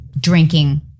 drinking